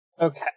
Okay